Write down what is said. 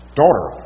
daughter